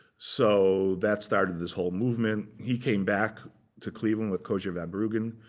so that started this whole movement. he came back to cleveland with coosje van bruggen.